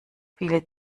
viele